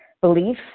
belief